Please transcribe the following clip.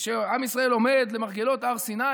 כשעם ישראל עומד למרגלות הר סיני,